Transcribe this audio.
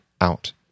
out